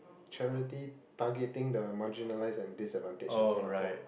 charity targeting the marginalized and disadvantaged in Singapore